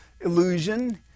illusion